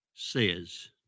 says